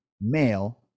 male